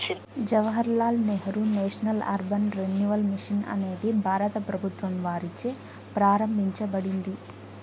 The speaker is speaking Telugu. Jawahar Lal Nehru national urban renewal mission అనేది భారత ప్రభుత్వం వారిచే ప్రారంభించబడింది